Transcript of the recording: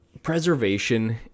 Preservation